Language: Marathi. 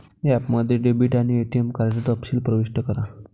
ॲपमध्ये डेबिट आणि एटीएम कार्ड तपशील प्रविष्ट करा